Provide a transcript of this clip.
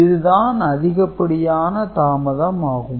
இது தான் அதிகப்படியான தாமதம் ஆகும்